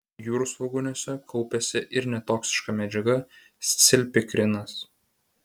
jūrsvogūniuose kaupiasi ir netoksiška medžiaga scilpikrinas